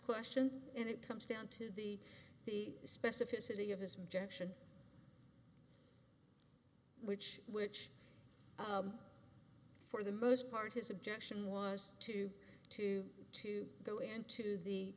question and it comes down to the the specificity of his objection which which for the most part his objection was to to to go into the